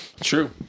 true